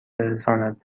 برساند